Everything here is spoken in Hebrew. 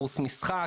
קורס משחק.